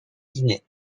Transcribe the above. guinée